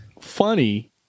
funny